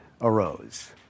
arose